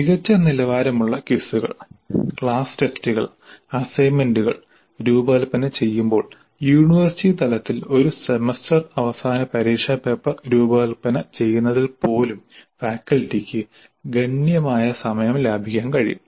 മികച്ച നിലവാരമുള്ള ക്വിസുകൾ ക്ലാസ് ടെസ്റ്റുകൾ അസൈൻമെന്റുകൾ രൂപകൽപ്പന ചെയ്യുമ്പോൾ യൂണിവേഴ്സിറ്റി തലത്തിൽ ഒരു സെമസ്റ്റർ അവസാന പരീക്ഷാ പേപ്പർ രൂപകൽപ്പന ചെയ്യുന്നതിൽ പോലും ഫാക്കൽറ്റിക്ക് ഗണ്യമായ സമയം ലാഭിക്കാൻ കഴിയും